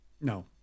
No